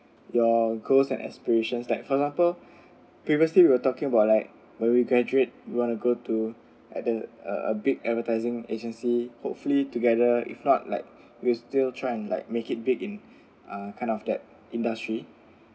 your goals and aspirations like for example previously we were talking about like when we graduate we want to go to at the a a big advertising agency hopefully together if not like we still try and like make it big in uh kind of that industry